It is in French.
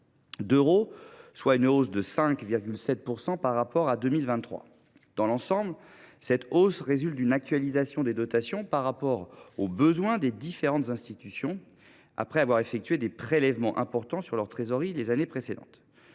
d’euros, soit une hausse de 5,7 % par rapport à 2023. Dans l’ensemble, cette hausse résulte d’une actualisation des dotations par rapport aux besoins des différentes institutions, après les prélèvements importants qui avaient été effectués sur leur trésorerie les années précédentes.